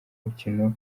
mikino